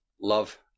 Love